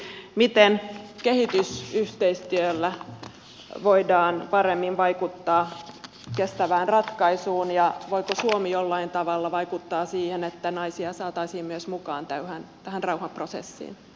siis miten kehitysyhteistyöllä voidaan paremmin vaikuttaa kestävään ratkaisuun ja voiko suomi jollain tavalla vaikuttaa siihen että naisia saataisiin myös mukaan tähän rauhanprosessiin